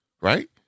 Right